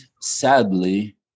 sadly